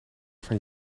van